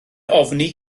ofni